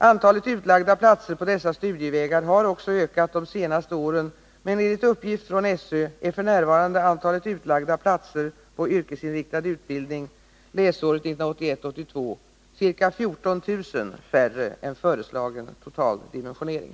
Antalet utlagda platser på dessa studievägar har också ökat de senaste åren, men enligt uppgift från SÖ är f.n. antalet utlagda platser på yrkesinriktad utbildning läsåret 1981/82 ca 14 000 färre än föreslagen total dimensionering.